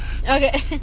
Okay